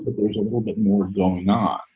there's a little bit more going on,